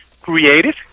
creative